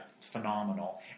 phenomenal